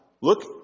look